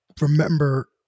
remember